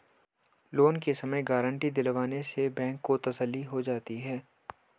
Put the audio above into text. loan के समय guarantee दिलवाने से बैंक को तसल्ली हो जाती है